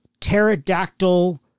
pterodactyl